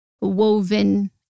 woven